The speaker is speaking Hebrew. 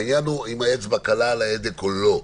העניין הוא אם האצבע קלה על ההדק או לא.